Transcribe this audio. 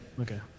Okay